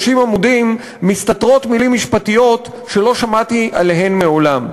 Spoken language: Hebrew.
העמודים מסתתרות מילים משפטיות שלא שמעתי עליהן מעולם.